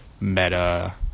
meta